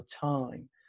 time